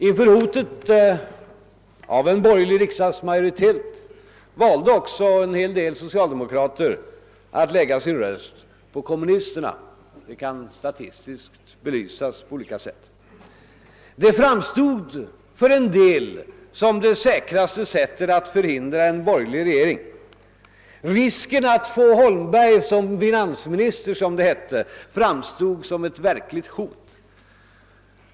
Inför hotet av en borgerlig riksdagsmajoritet valde också en hel del socialdemokrater att lägga sin röst på kommunisterna; det kan statistiskt belysas på olika sätt. Detta framstod för en del som det säkraste sättet att förhindra att det blev en borgerlig regering. Risken att få herr Holmberg som finansminister, som det hette, framstod som ett verkligt hot.